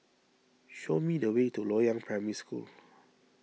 show me the way to Loyang Primary School